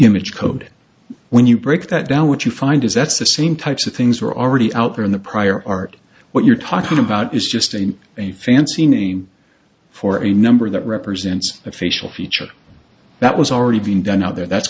image code when you break that down what you find is that's the same types of things were already out there in the prior art what you're talking about is just in a fancy name for a number that represents a facial feature that was already being done out there that's